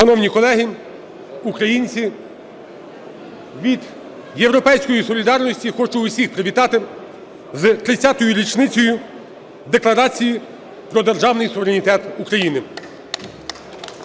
Шановні колеги, українці! Від "Європейської солідарності" хочу всіх привітати з 30 річницею Декларації про державний суверенітет України.